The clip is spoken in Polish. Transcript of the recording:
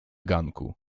ganku